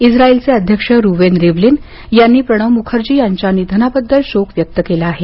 इस्रायलचे अध्यक्ष Reuven Rivlin यांनी प्रणव मुखर्जी यांच्या निधनाबद्दल शोक व्यक्त केला आहे